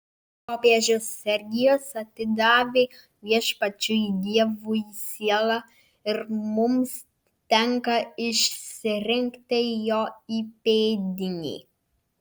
popiežius sergijus atidavė viešpačiui dievui sielą ir mums tenka išsirinkti jo įpėdinį